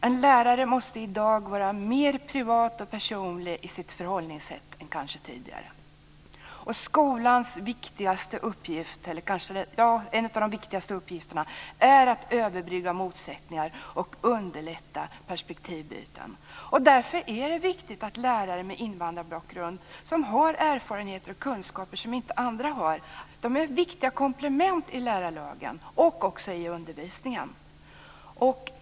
En lärare måste kanske i dag vara mer privat och personlig i sitt förhållningssätt än tidigare. En av skolans viktigaste uppgifter är att överbrygga motsättningar och underlätta perspektivbyten. Därför är det viktigt att ha lärare med invandrarbakgrund som har erfarenheter och kunskaper som inte andra har. De är viktiga komplement i lärarlagen och i undervisningen.